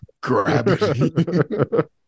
gravity